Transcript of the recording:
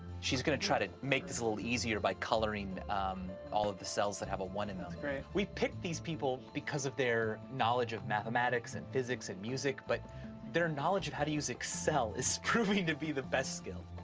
she's going to try to make this a little easier by coloring all of cells that have a one in them. that's great. we picked these people because of their knowledge of mathematics and physics and music. but their knowledge of how to use excel is proving to be the best skill.